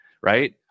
right